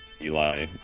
Eli